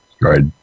Right